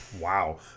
wow